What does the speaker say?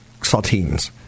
saltines